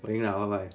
我赢了 bye bye